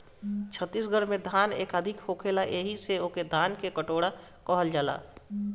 छत्तीसगढ़ में धान अधिका होखेला एही से ओके धान के कटोरा कहल जाला